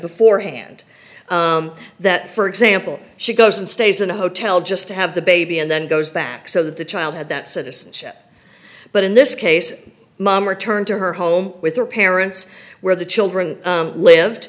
beforehand that for example she goes and stays in a hotel just to have the baby and then goes back so that the child had that citizenship but in this case mom returned to her home with her parents where the children lived